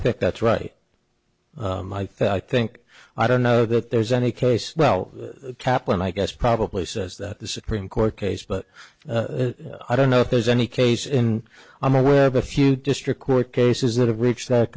think that's right i think i don't know that there's any case well cap and i guess probably says that the supreme court case but i don't know if there's any case in i'm aware of a few district court cases that have reached that